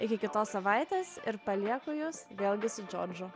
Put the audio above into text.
iki kitos savaitės ir palieku jus vėlgi su džordžu